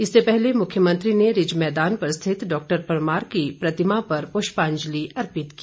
इससे पहले मुख्यमंत्री ने रिज मैदान स्थित डॉक्टर परमार की प्रतिमा पर पुष्पांजलि अर्पित की